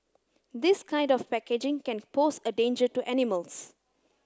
this kind of packaging can pose a danger to animals